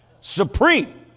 Supreme